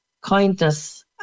kindness